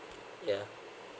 yeah